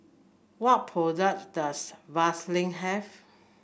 what product does Vaselin have